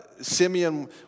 Simeon